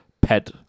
pet